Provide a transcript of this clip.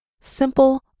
simple